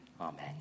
Amen